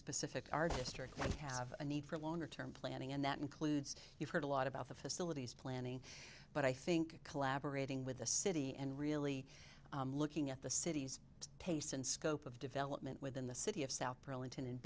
specific artist are going to have a need for a longer term planning and that includes you've heard a lot about the facilities planning but i think collaborating with the city and really looking at the city's taste and scope of development within the city of south burlington and